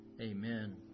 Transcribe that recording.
Amen